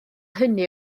hynny